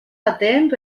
atent